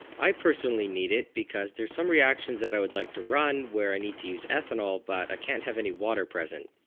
i personally need it because there's some reactions that i would like to run where i need to use ethanol but i can't have any water present.